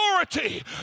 authority